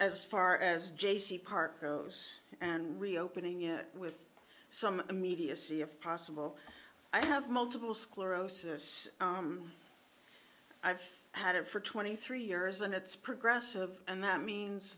as far as jacey park goes and reopening it with some immediacy of possible i have multiple sclerosis i've had it for twenty three years and it's progressive and that means